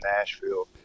Nashville